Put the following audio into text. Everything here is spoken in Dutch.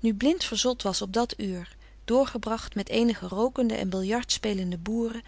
nu blind verzot was op dat uur doorgebracht met eenige rookende en billard spelende boeren